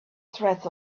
threat